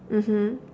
mmhmm